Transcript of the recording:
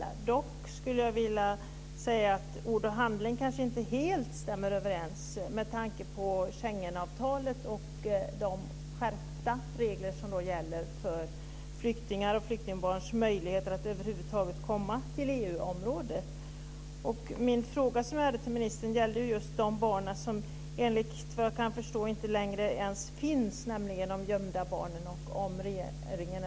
Dock skulle jag vilja säga att ord och handling kanske inte helt stämmer överens med tanke på Schengenavtalet och de skärpta regler som gäller för flyktingars och flyktingbarns möjligheter att över huvud taget komma till EU-området. Min fråga till statsrådet gällde sådana barn som det enligt vad jag kan förstå inte längre finns några kvar av, nämligen gömda barn.